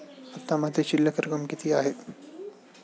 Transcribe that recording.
आता माझी शिल्लक रक्कम किती आहे?